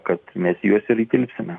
kad mes į juos ir įtilpsime